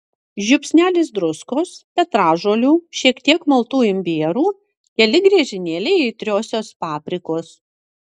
žiupsnelis druskos petražolių šiek tiek maltų imbierų keli griežinėliai aitriosios paprikos